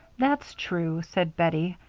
that's true, said bettie,